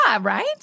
right